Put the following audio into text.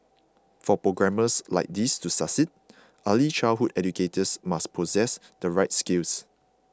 for programmes like these to succeed early childhood educators must possess the right skills